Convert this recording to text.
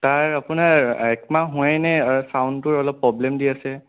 তাৰ আপোনাৰ একমাহ হোৱাই নাই চাউণ্ডটোৰ অলপ প্ৰব্লেম দি আছে